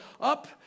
up